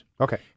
Okay